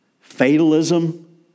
Fatalism